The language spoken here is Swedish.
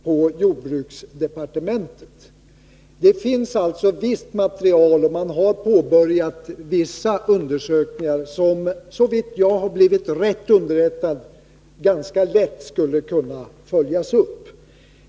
I jordbruksdepartementet finns redan visst material, och man har påbörjat vissa undersökningar som, såvitt jag har blivit rätt underrättad, ganska lätt skulle kunna följas upp.